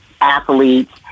athletes